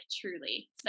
truly